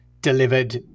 delivered